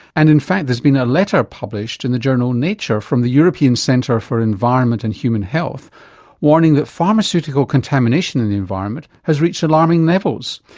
and in fact there's been a letter published in the journal nature from the european centre for environment and human health warning that pharmaceutical contamination in the environment has reached alarming levels.